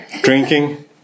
Drinking